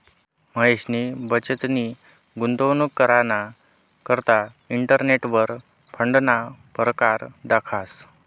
महेशनी बचतनी गुंतवणूक कराना करता इंटरनेटवर फंडना परकार दखात